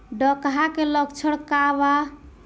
डकहा के लक्षण का वा?